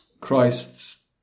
Christ's